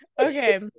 okay